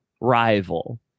rival